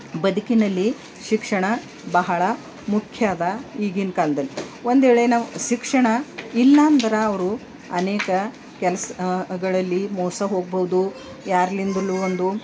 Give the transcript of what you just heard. ಬದಕಿನಲ್ಲಿ ಶಿಕ್ಷಣ ಬಹಳ ಮುಖ್ಯ ಅದ ಈಗಿನ ಕಾಲದಲ್ಲಿ ಒಂದು ವೇಳೆ ನಾವು ಶಿಕ್ಷಣ ಇಲ್ಲಾಂದ್ರೆ ಅವರು ಅನೇಕ ಕೆಲ್ಸ ಗಳಲ್ಲಿ ಮೋಸ ಹೋಗಬಹುದು ಯಾರಿಂದಲೂ ಒಂದು